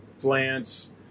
plants